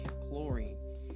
chlorine